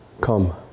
Come